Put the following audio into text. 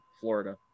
Florida